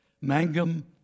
Mangum